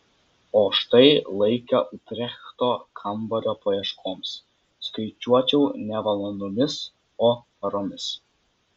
o štai laiką utrechto kambario paieškoms skaičiuočiau ne valandomis o paromis